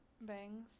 bangs